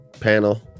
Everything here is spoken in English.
panel